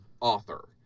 author